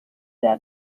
der